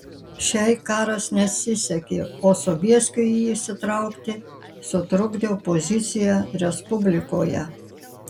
šiai karas nesisekė o sobieskiui į jį įsitraukti sutrukdė opozicija respublikoje